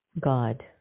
god